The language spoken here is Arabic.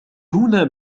هنا